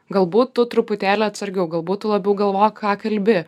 galbūt tu truputėlį atsargiau galbūt tu labiau galvok ką kalbi